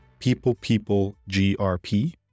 peoplepeoplegrp